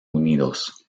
unidos